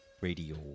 Radio